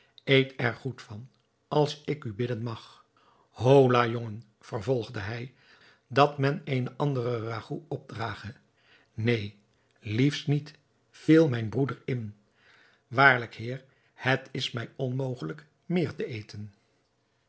eet er goed van als ik u bidden mag hola jongen vervolgde hij dat men eene andere ragout opdrage neen liefst niet viel mijn broeder in waarlijk heer het is mij onmogelijk meer te eten